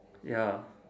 ya